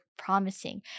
promising